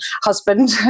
husband